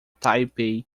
taipei